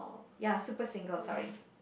ya super single sorry